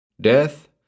Death